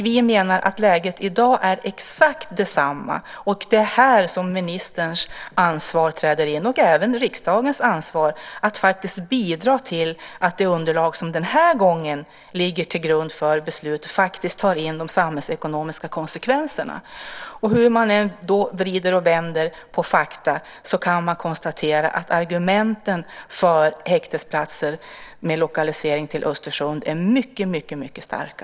Vi menar att läget i dag är exakt detsamma. Det är här som ministerns ansvar och även riksdagens ansvar träder in att bidra till att det underlag som den här gången ligger till grund för beslut faktiskt tar in de samhällsekonomiska konsekvenserna. Hur man än vrider och vänder på fakta kan man konstatera att argumenten för häktesplatser med lokalisering till Östersund är mycket starka.